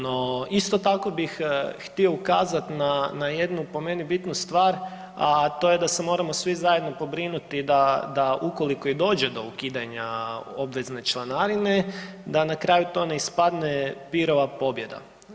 No, isto tako bih htio ukazati na jednu po meni bitnu stvar, a to je da se moramo svi zajedno pobrinuti da ukoliko i dođe do ukidanja obvezne članarine, da na kraju to ne ispadne Pirova pobjeda.